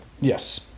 Yes